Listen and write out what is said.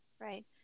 right